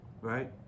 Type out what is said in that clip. right